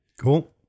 Cool